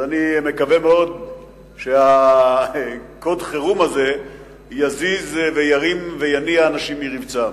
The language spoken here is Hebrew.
אני מקווה מאוד שקוד החירום הזה יזיז וירים ויניע אנשים מרבצם.